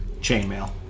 Chainmail